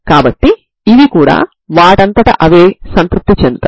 కాబట్టి ఈ విలువలకు n విలువలు 123 నుండి ప్రారంభమవుతాయి